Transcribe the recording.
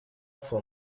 for